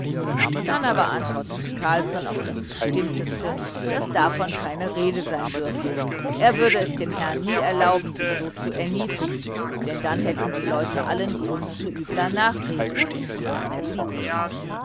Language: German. dann aber antwortete carlsson auf das bestimmteste daß davon keine rede sein dürfe er würde es dem herrn nie erlauben sich so zu erniedrigen denn dann hätten die leute allen grund zu übler nachrede und dabei blieb es